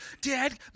Dad